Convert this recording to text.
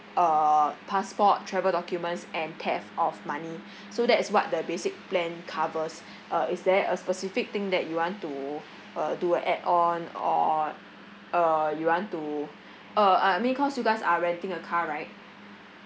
uh passport travel documents and theft of money so that's what the basic plan covers uh is there a specific thing that you want to uh do a add on or uh you want to uh uh I mean cause you guys are renting a car right